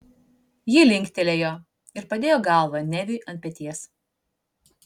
ji linktelėjo ir padėjo galvą neviui ant peties